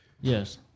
Yes